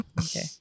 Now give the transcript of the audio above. Okay